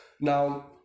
Now